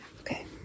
Okay